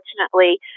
unfortunately